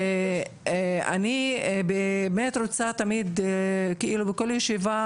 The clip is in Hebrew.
אני באמת רוצה תמיד בכל ישיבה,